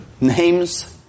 names